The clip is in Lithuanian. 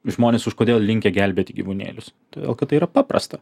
žmonės kažkodėl linkę gelbėti gyvūnėlius todėl kad tai yra paprasta